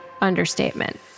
understatement